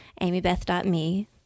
amybeth.me